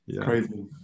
crazy